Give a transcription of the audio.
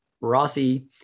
Rossi